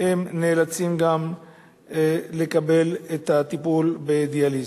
הם נאלצים לקבל את הטיפול בדיאליזה.